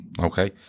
Okay